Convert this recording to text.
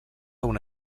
una